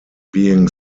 being